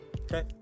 okay